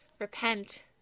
repent